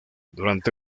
durante